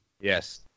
Yes